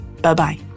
Bye-bye